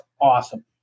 awesome